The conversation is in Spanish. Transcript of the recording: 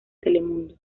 telemundo